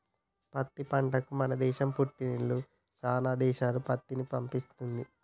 పత్తి పంటకు మన దేశం పుట్టిల్లు శానా దేశాలకు పత్తిని పంపిస్తది